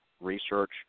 research